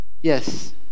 Yes